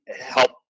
help